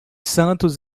santos